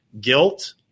guilt